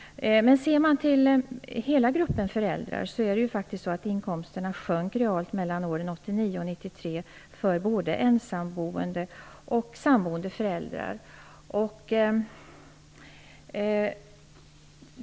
Men ser man till hela gruppen föräldrar sjönk inkomsterna realt mellan 1989 och 1993 för både ensamboende och samboende föräldrar.